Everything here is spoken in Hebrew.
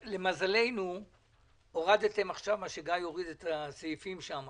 למזלנו הורדתם עכשיו את הסעיפים שגיא הוריד,